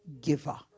giver